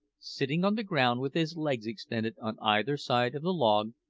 sitting on the ground with his legs extended on either side of the log,